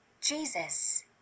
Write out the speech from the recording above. Jesus